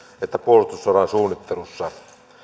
että puolustussodan suunnittelussa